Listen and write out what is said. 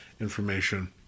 information